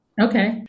Okay